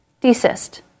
Desist